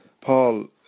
Paul